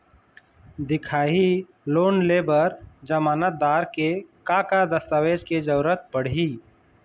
दिखाही लोन ले बर जमानतदार के का का दस्तावेज के जरूरत पड़ही?